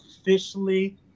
officially